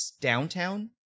downtown